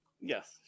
Yes